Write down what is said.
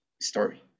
story